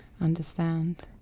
understand